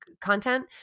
content